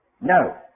No